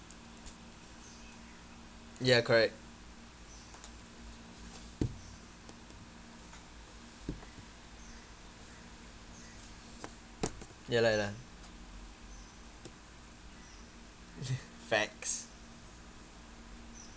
ya correct ya lah ya lah facts